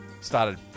started